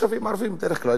תושבים ערבים בדרך כלל